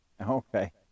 okay